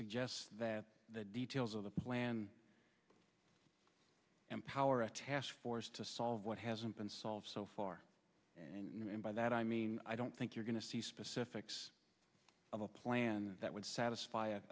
suggest that the details of the plan empower a task force to solve what hasn't been solved so far and by that i mean i don't think you're going to see specifics of a plan that would satisfy